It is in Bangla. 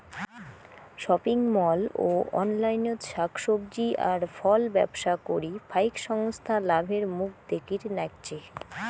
শপিং মল ও অনলাইনত শাক সবজি আর ফলব্যবসা করি ফাইক সংস্থা লাভের মুখ দ্যাখির নাইগচে